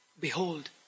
behold